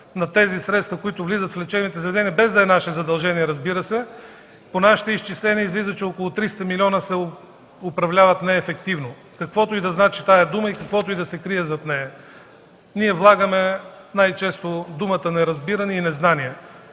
на тези средства, които влизат в лечебните заведения, без да е наше задължение, разбира се. По нашите изчисления излиза, че около 300 милиона се управляват неефективно, каквото и да значи тази дума и каквото и да се крие зад нея. Ние влагаме най-често думата „неразбиране” и „незнание”.